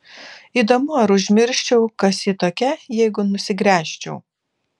įdomu ar užmirščiau kas ji tokia jeigu nusigręžčiau